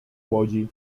łodzi